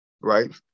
right